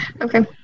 Okay